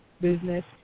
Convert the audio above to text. business